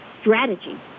strategy